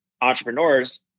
entrepreneurs